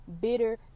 bitter